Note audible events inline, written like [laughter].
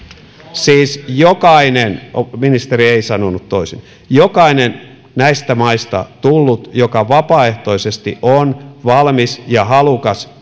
siis jokainen ministeri ei sanonut toisin jokainen näistä maista tullut joka vapaaehtoisesti on valmis ja halukas [unintelligible]